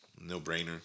No-brainer